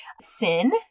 Sin